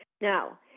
Now